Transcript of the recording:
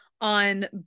on